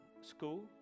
school